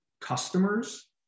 customers